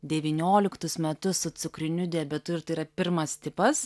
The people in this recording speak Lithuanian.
devynioliktus metus su cukriniu diabetu ir tai yra pirmas tipas